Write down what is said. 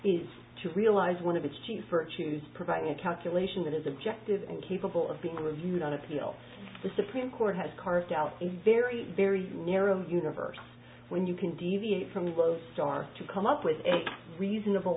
is to realize one of its chief virtues providing a calculation that is objective and capable of being reviewed on appeal the supreme court has carved out a very very narrow universe when you can deviate from those stars to come up with a reasonable